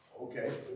Okay